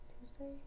Tuesday